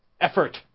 effort